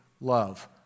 love